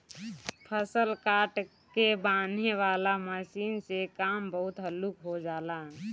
फसल काट के बांनेह वाला मशीन से काम बहुत हल्लुक हो जाला